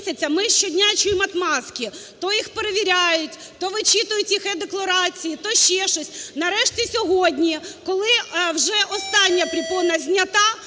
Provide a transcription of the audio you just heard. ми щодня чуємо отмазки: то їх перевіряють, то вичитують їх е-декларації, то ще щось. Нарешті, сьогодні, коли вже остання перепона знята,